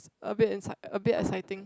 a bit a bit exciting